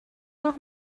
noch